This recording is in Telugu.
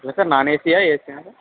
ఎలా sir non AC AC sir